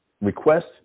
request